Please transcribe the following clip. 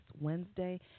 Wednesday